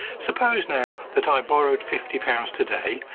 suppose, now, that i borrowed fifty pounds today,